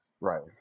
Right